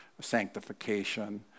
sanctification